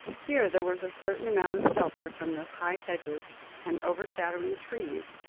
here there was a certain amount of shelter from the high hedges and overshadowing trees,